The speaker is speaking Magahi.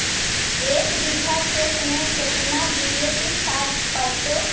एक बिघा खेत में केतना डी.ए.पी खाद पड़तै?